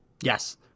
Yes